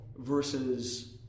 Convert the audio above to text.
versus